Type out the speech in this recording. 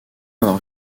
avoir